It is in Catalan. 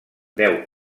deu